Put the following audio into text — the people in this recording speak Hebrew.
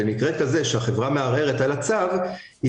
במקרה כזה שהחברה מערערת על הצו היא